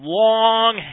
long